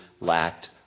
lacked